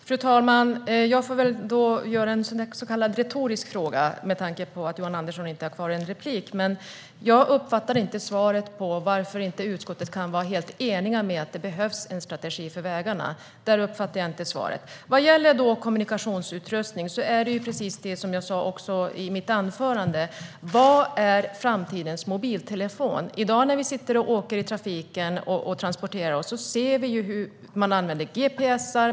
Fru talman! Jag får ställa en så kallad retorisk fråga med tanke på att Johan Andersson inte har någon replik kvar. Jag uppfattade inte svaret på varför inte utskottet kan vara helt enigt om att det behövs en strategi för vägarna. Där uppfattade jag inte svaret. Vad gäller kommunikationsutrustning är frågan, precis som jag sa i mitt anförande: Vad är framtidens mobiltelefon? I dag när vi sitter i trafiken och transporterar oss ser vi ju hur man använder gps.